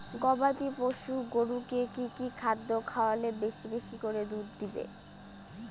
গবাদি পশু গরুকে কী কী খাদ্য খাওয়ালে বেশী বেশী করে দুধ দিবে?